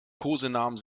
kosenamen